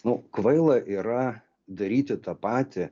nu kvaila yra daryti tą patį